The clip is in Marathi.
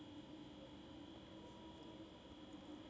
बाजरी हे पीक कोणत्या हंगामात चांगल्या प्रकारे येऊ शकते?